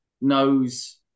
knows